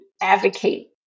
advocate